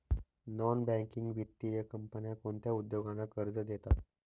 Non banking वित्तीय कंपन्या कोणत्या उद्योगांना कर्ज देतात?